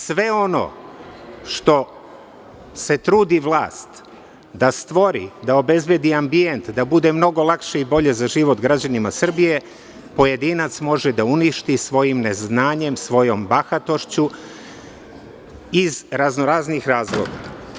Sve ono što se trudi vlast da stvori, da obezbedi ambijent, da bude mnogo lakše i bolje za život građanima Srbije, pojedinac može da uništi svojim neznanjem, svojom bahatošću iz raznoraznih razloga.